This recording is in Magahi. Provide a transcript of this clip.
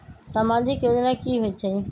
समाजिक योजना की होई छई?